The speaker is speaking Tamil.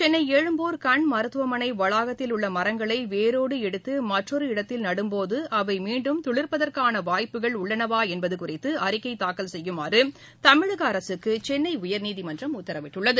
சென்னை எழும்பூர் கண் மருத்துவமனை வளாகத்தில் உள்ள மரங்களை வேரோடு எடுத்து மற்றொரு இடத்தில் நடும் போது அவை மீன்டும் துளிப்பதற்கான வாய்ப்புகள் உள்ளனவா என்பது குறித்து அறிக்கை தாக்கல் செய்யுமாறு தமிழக அரசுக்கு சென்னை உயர்நீதிமன்றம் உத்தரவிட்டுள்ளது